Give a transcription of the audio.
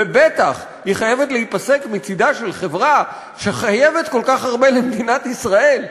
ובטח היא חייבת להיפסק מצדה של חברה שחייבת כל כך הרבה למדינת ישראל,